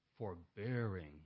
forbearing